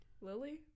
Lily